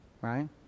Right